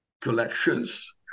collections